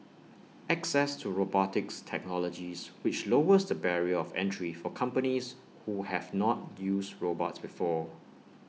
access to robotics technologies which lowers the barrier of entry for companies who have not used robots before